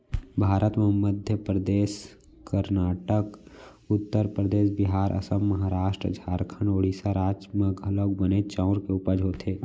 भारत म मध्य परदेस, करनाटक, उत्तर परदेस, बिहार, असम, महारास्ट, झारखंड, ओड़ीसा राज म घलौक बनेच चाँउर के उपज होथे